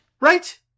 Right